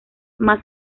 más